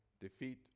defeat